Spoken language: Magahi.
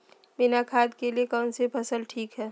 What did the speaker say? बिना खाद के लिए कौन सी फसल ठीक है?